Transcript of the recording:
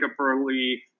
early